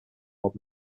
lord